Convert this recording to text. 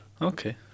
Okay